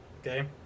Okay